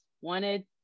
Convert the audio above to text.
wanted